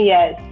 Yes